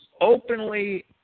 openly